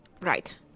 Right